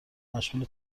مشغول